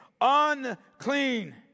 Unclean